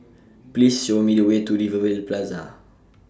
Please Show Me The Way to Rivervale Plaza